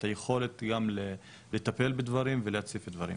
את היכולת גם לטפל בדברים ולהציף אותם.